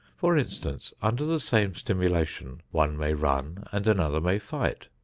for instance, under the same stimulation, one may run and another may fight,